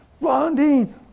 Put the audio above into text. Blondine